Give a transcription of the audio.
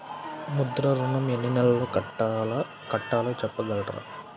ముద్ర ఋణం ఎన్ని నెలల్లో కట్టలో చెప్పగలరా?